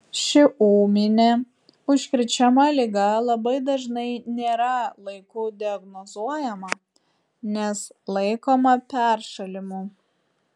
ši ūminė užkrečiama liga labai dažnai nėra laiku diagnozuojama nes laikoma peršalimu